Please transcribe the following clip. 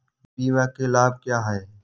बीमा के लाभ क्या हैं?